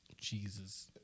Jesus